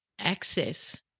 access